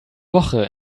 woche